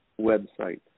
website